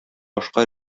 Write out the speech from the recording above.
башка